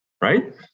Right